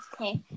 okay